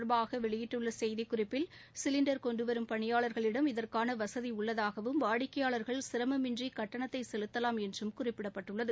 தொடர்பாக வெளியிட்டுள்ள செய்திக்குறிப்பில் சிலிண்டர் இது கொண்டுவரும் பணியாளர்களிடம் இதற்கான வசதி உள்ளதாவும் வாடிக்கையாளர்கள் சிரமமின்றி கட்டணத்தை செலுத்தலாம் என்றும் குறிப்பிடப்பட்டுள்ளது